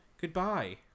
goodbye